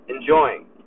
enjoying